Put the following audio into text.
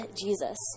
Jesus